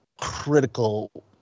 critical